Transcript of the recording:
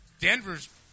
Denver's